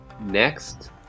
Next